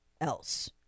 else